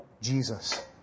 Jesus